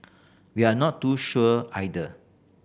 we are not too sure either